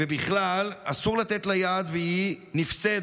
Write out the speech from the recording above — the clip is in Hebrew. ובכלל, אסור לתת לה יד, והיא נפסדת.